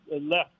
left